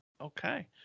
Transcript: Okay